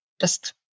Just-